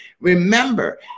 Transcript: Remember